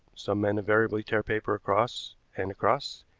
some men invariably tear paper across and across,